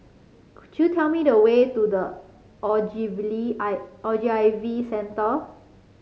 could you tell me the way to The Ogilvy Centre